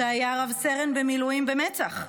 שהיה רב סרן במילואים במצ"ח,